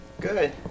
Good